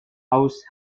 house